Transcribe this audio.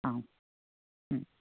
आम्